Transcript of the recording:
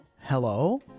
Hello